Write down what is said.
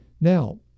Now